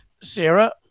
Sarah